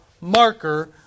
marker